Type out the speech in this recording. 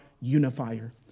unifier